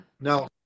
now